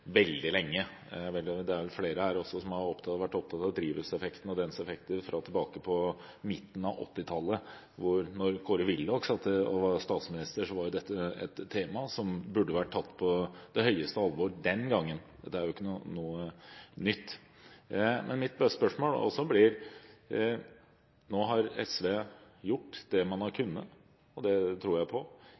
veldig lenge. Det er vel flere her som har vært opptatt av drivhuseffekten og dens effekter fra tilbake til midten av 1980-tallet. Da Kåre Willoch var statsminister, var dette et tema som burde vært tatt på høyeste alvor den gangen. Så dette er jo ikke noe nytt. Men mitt spørsmål blir da: Nå har SV gjort det man har kunnet – og det tror jeg på